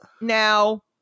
now